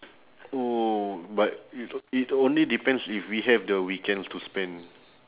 oh but it it only depends if we have the weekends to spend